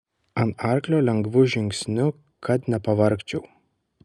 ant arklio lengvu žingsniu kad nepavargčiau